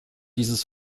dieses